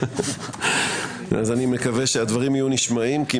אני מקווה שהדברים יהיו נשמעים.